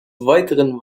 weiteren